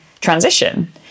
transition